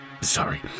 Sorry